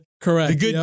Correct